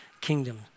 kingdom